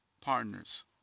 partners